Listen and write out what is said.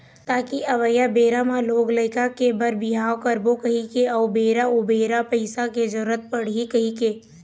ताकि अवइया बेरा म लोग लइका के बर बिहाव करबो कहिके अउ बेरा उबेरा पइसा के जरुरत पड़ही कहिके